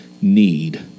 need